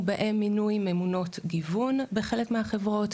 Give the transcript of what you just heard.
ובהם מינוי ממונות גיוון בחלק מהחברות,